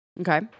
Okay